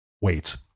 weights